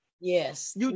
Yes